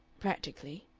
practically.